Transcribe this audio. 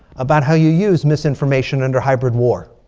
about how you use misinformation under hybrid war.